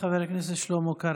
תודה, חבר הכנסת שלמה קרעי.